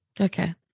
Okay